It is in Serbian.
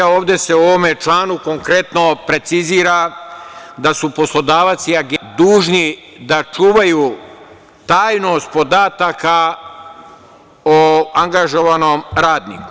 Ovde se u ovom članu konkretno precizira da su poslodavac i Agencija dužni da čuvaju tajnost podataka o angažovanom radniku.